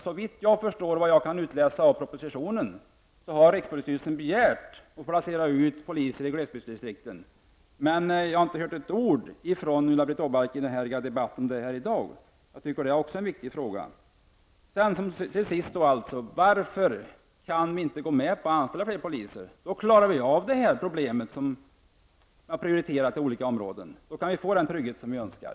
Såvitt jag kan utläsa av propositionen har rikspolisstyrelsen begärt att få placera ut poliser i glesbygdsdistrikten. Jag har inte hört ett ord från Ulla-Britt Åbark om detta i debatten i dag. Det är också en viktig fråga. Varför kan vi inte gå med på att anställa fler poliser? Då skulle vi klara problemet med prioriteringar på olika områden. Då skulle vi få den trygghet vi önskar.